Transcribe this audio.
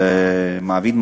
של מעביד,